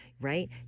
right